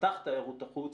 כשתיפתח תיירות החוץ,